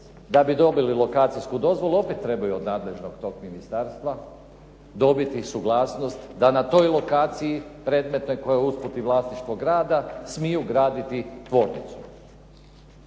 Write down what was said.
da bi dobili lokacijsku dozvolu opet trebaju od nadležnog tog ministarstva dobiti suglasnost da na toj lokaciji predmetne koja je usput i vlasništvo grada smiju graditi tvornicu.